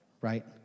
right